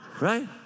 Right